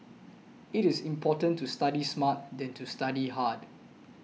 it is important to study smart than to study hard